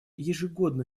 ежегодно